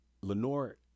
Lenore